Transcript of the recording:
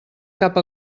cap